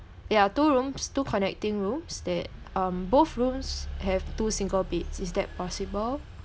ya two rooms two connecting rooms that um both rooms have two single beds is that possible